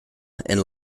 and